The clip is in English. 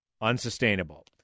unsustainable